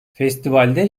festivalde